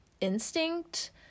instinct